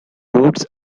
roots